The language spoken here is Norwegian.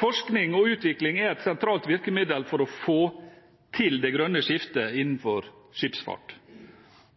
Forskning og utvikling er et sentralt virkemiddel for å få til det grønne skiftet innenfor skipsfart.